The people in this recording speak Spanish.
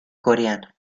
coreano